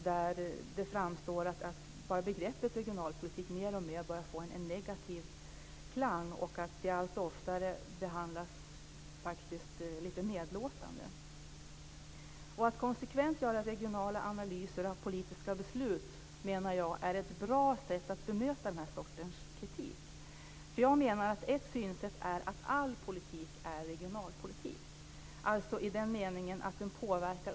Jag delar uppfattningen att det finns en väldig myt vad gäller regionalpolitiken. Många framför uppgifter om regionalpolitiken som inte stämmer.